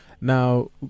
Now